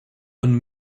und